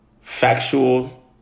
factual